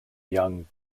young